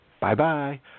bye-bye